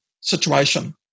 situation